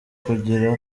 kugira